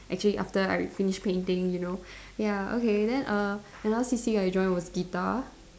actually after I finish painting you know ya okay then err another C_C_A I join was guitar